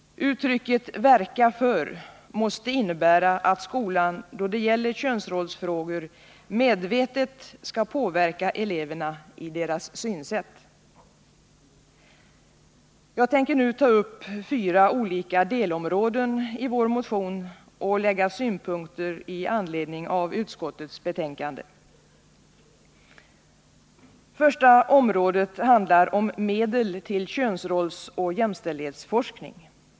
Uttrycket ”verka för” måste innebära att skolan då det gäller könsrollsfrågor medvetet skall påverka eleverna i deras synsätt. Jag tänker nu ta upp de fyra olika delområdena i vår motion och framföra synpunkter i anledning av utskottets betänkande. Det första området gäller medel till könsrollsoch jämställdhetsforskning.